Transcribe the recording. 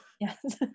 Yes